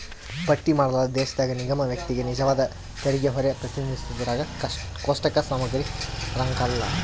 ಪಟ್ಟಿ ಮಾಡಲಾದ ದೇಶದಾಗ ನಿಗಮ ವ್ಯಕ್ತಿಗೆ ನಿಜವಾದ ತೆರಿಗೆಹೊರೆ ಪ್ರತಿನಿಧಿಸೋದ್ರಾಗ ಕೋಷ್ಟಕ ಸಮಗ್ರಿರಂಕಲ್ಲ